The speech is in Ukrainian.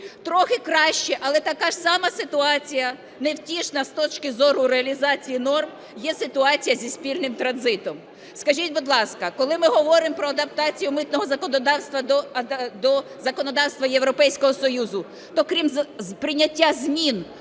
Трохи краща, але така ж сама ситуація невтішна з точки зору реалізації норм, є ситуація зі спільним транзитом. Скажіть, будь ласка, коли ми говоримо про адаптацію митного законодавства до законодавства Європейського Союзу, то крім прийняття змін